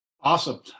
Awesome